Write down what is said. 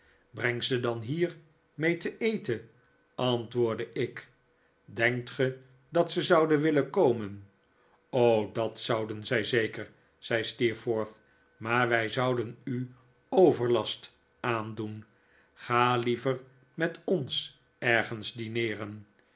breng ze dan hier mee ten eten antwoordde ik denkt ge dat ze zouden willen komen dat zouden zij zeker zei steerforth maar wij zouden u overlast aandoen ga liever met ons ergens dineeren